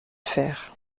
fer